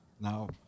Now